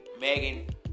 Megan